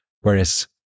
Whereas